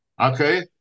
Okay